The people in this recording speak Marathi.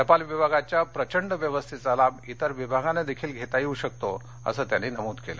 टपाल विभागाच्या प्रचंड व्यवस्थेचा लाभ इतर विभागांनाही देखील घेता येऊ शकतो असं त्यांनी नमूद केलं